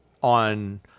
On